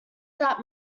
that